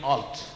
Alt